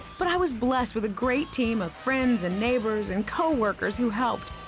but i was blessed with a great team of friends and neighbors and co-workers who helped.